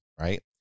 right